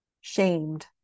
shamed